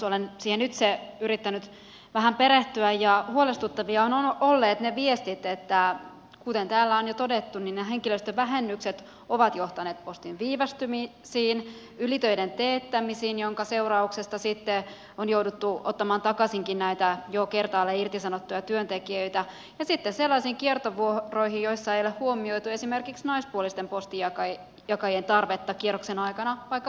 olen siihen itse yrittänyt vähän perehtyä ja huolestuttavia ovat olleet ne viestit kuten täällä on jo todettu että nämä henkilöstövähennykset ovat johtaneet postin viivästymisiin ylitöiden teettämisiin joiden seurauksesta sitten on jouduttu ottamaan takaisinkin näitä jo kertaalleen irtisanottuja työntekijöitä ja sitten sellaisiin kiertovuoroihin joissa ei ole huomioitu esimerkiksi naispuolisten postinjakajien tarvetta kierroksen aikana vaikka wcn käyttöön